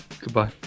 goodbye